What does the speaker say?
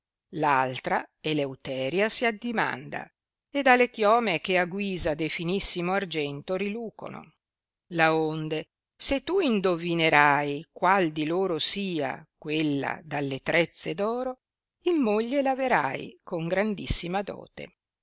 altra eleuteria si addimanda ed ha le chiome che a guisa de finissimo argento rilucono laonde se tu indovinerai qual di loro sia quella dalle trezze d oro in moglie l averai con grandissima dote